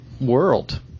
World